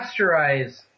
pasteurize